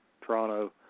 Toronto